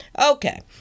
Okay